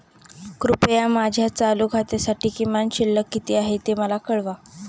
कृपया माझ्या चालू खात्यासाठी किमान शिल्लक किती आहे ते मला कळवा